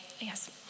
yes